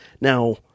Now